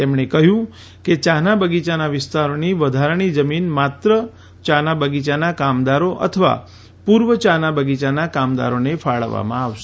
તેમણે કહ્યું કે યા ના બગીયાના વિસ્તારોની વધારાની જમીન માત્ર ચા ના બગીયાના કામદારો અથવા પૂર્વ યા ના બગીયાના કામદારોને ફાળવવામાં આવશે